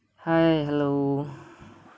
hi hello